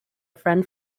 friend